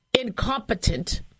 incompetent